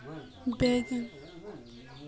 बैगन चासेर तने की किसम जमीन डरकर?